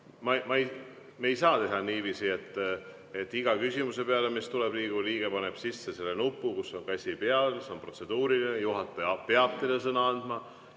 me ei saa teha niiviisi, et iga küsimuse peale, mis tuleb, Riigikogu liige paneb sisse selle nupu, kus on käsi peal, see on protseduuriline, ja juhataja peab teile sõna andma.